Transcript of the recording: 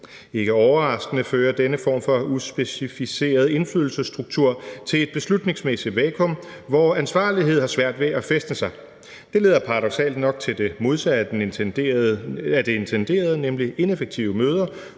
Ikke overraskende fører denne form for uspecificeret indflydelsesstruktur til et beslutningsmæssigt vakuum, hvor ansvarlighed har svært ved at fæstne sig. Det leder paradoksalt nok til det modsatte af det intenderede nemlig ineffektive møder,